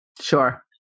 Sure